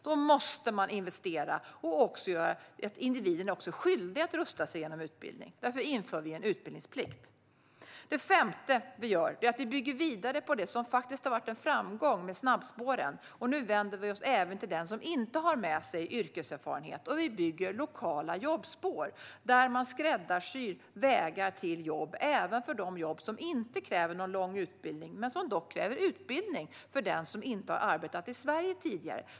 Då måste man investera och också göra individerna skyldiga att rusta sig genom utbildning. Därför inför vi en utbildningsplikt. Den femte är att vi bygger vidare på det som faktiskt har varit en framgång med snabbspåren. Nu vänder vi oss även till den som inte har med sig yrkeserfarenhet. Vi bygger lokala jobbspår, där man skräddarsyr vägar till jobb, även till jobb som inte kräver lång utbildning men som dock kräver utbildning för den som inte har arbetat i Sverige tidigare.